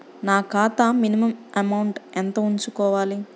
నా ఖాతా minimum amount ఎంత ఉంచుకోవాలి?